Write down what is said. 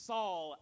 Saul